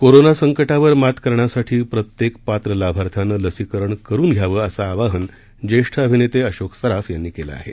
corona संकावर मात करण्यासाठी प्रत्येक पात्र लाभार्थ्यांनं लसीकरण करुन घ्यावं असं आवाहन ज्येष्ठ अभिनेते अशोक सराफ यांनी केलं आहे